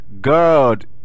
God